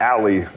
Alley